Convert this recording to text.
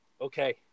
okay